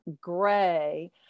gray